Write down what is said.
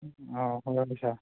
ꯑꯣ ꯍꯣꯏ ꯍꯣꯏ ꯁꯥꯔ